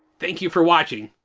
thank you for watching.